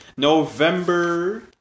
November